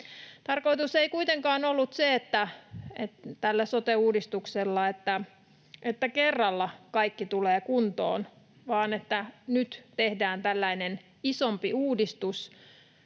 Tarkoitus ei kuitenkaan ollut se, että tällä sote-uudistuksella kerralla kaikki tulee kuntoon vaan että nyt tehdään tällainen isompi uudistus,